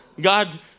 god